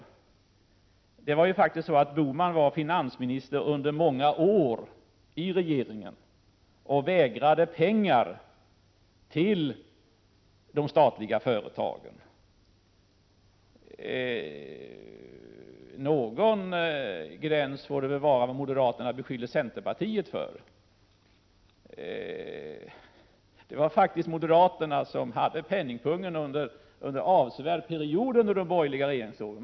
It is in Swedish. Gösta Bohman var ju faktiskt under många år finansminister i regeringen, och han vägrade de statliga företagen pengar. Någon gräns får det väl vara för vad moderaterna beskyller centerpartiet för. Det var faktiskt moderaterna som hade hand om penningpungen under en avsevärd period under de borgerliga regeringsåren.